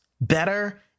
better